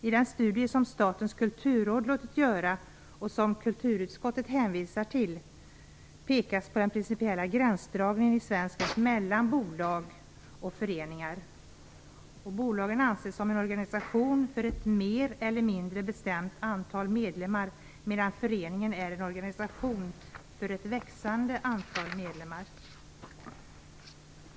I den studie som Statens kulturråd låtit göra, och som kulturutskottet hänvisar till, pekas på den principiella gränsdragningen i svensk rätt mellan bolag och föreningar. Bolaget anses som en organisation för ett mer eller mindre bestämt antal medlemmar, medan föreningen är en organisation för ett växlande antal medlemmar.